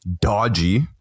dodgy